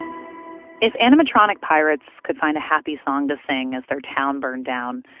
if animatronic pirates could find a happy song to sing as their town burned down,